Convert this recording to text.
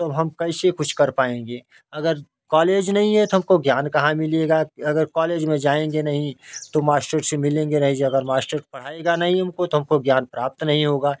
तब हम कैसे कुछ कर पाएँगे अगर कॉलेज नहीं है तो हमको ज्ञान कहाँ मिलेगा अगर कॉलेज में जाएँगे नहीं तो मास्टर से मिलेंगे नहीं जे अगर मास्टर पढ़ाएगा नहीं हमको तो हमको ज्ञान प्राप्त नहीं होगा